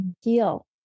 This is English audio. heal